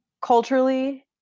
culturally